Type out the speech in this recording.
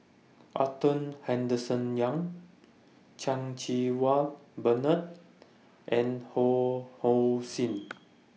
Arthur Henderson Young Chan Cheng Wah Bernard and Ho Hong Sing